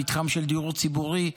במתחם של דיור ציבורי,